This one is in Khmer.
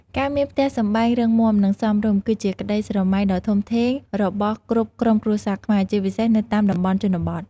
ការមានផ្ទះសម្បែងរឹងមាំ និងសមរម្យ គឺជាក្ដីស្រមៃដ៏ធំធេងរបស់គ្រប់ក្រុមគ្រួសារខ្មែរ ជាពិសេសនៅតាមតំបន់ជនបទ។